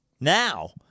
now